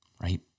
right